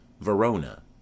Verona